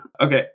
Okay